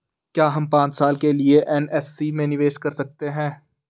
क्या हम पांच साल के लिए एन.एस.सी में निवेश कर सकते हैं?